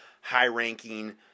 high-ranking